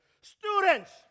Students